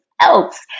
else